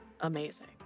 amazing